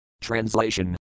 Translation